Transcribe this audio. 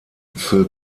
phil